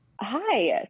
hi